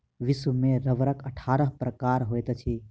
विश्व में रबड़क अट्ठारह प्रकार होइत अछि